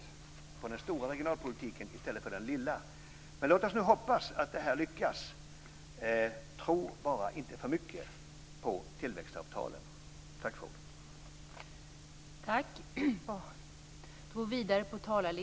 Man talar om den stora regionalpolitiken i stället för om den lilla. Låt oss hoppas att det lyckas. Tro bara inte för mycket på tillväxtavtalen! Tack för ordet.